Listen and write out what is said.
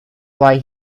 why